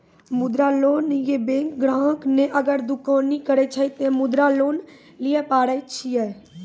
मुद्रा लोन ये बैंक ग्राहक ने अगर दुकानी करे छै ते मुद्रा लोन लिए पारे छेयै?